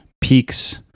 peak's